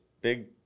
big